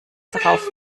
darauf